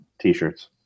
t-shirts